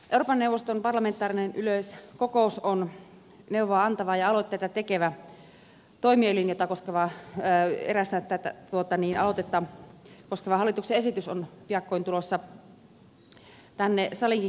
euroopan neuvoston parlamentaarinen yleiskokous on neuvoa antava ja aloitteita tekevä toimielin jonka erästä aloitetta koskeva hallituksen esitys on piakkoin tulossa tänne saliin eduskunnan käsittelyyn